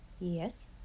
Yes